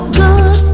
good